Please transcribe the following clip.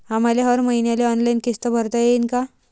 आम्हाले हर मईन्याले ऑनलाईन किस्त भरता येईन का?